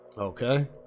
okay